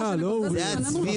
לא על כך תהיה תפארתכם.